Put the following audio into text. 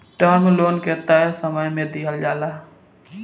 term loan के तय समय में दिहल जाला